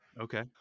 okay